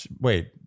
Wait